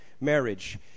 marriage